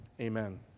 amen